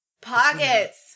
Pockets